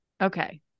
Okay